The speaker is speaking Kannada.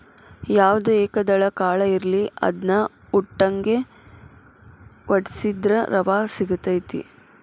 ಯಾವ್ದ ಏಕದಳ ಕಾಳ ಇರ್ಲಿ ಅದ್ನಾ ಉಟ್ಟಂಗೆ ವಡ್ಸಿದ್ರ ರವಾ ಸಿಗತೈತಿ